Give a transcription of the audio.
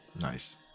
Nice